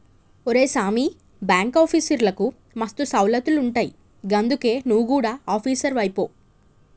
ఒరే సామీ, బాంకాఫీసర్లకు మస్తు సౌలతులుంటయ్ గందుకే నువు గుడ ఆపీసరువైపో